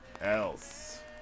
else